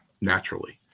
naturally